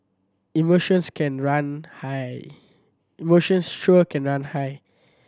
emotions can run high